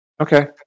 Okay